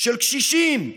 של קשישים,